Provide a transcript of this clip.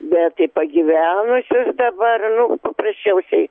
bet į pagyvenusi dabar nu paprasčiausiai